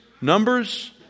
Numbers